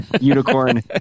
Unicorn